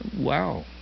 Wow